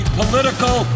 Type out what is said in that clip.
political